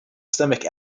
stomach